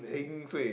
heng suay